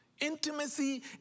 Intimacy